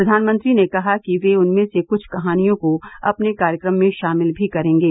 प्रधानमंत्री ने कहा कि वे उनमें से कुछ कहानियों को अपने कार्यक्रम में शामिल भी करेंगे